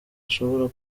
ashobora